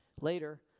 later